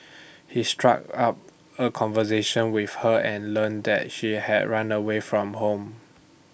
he struck up A conversation with her and learned that she had run away from home